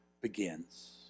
begins